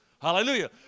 Hallelujah